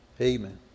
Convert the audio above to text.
Amen